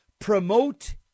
promote